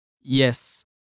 Yes